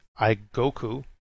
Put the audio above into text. iGoku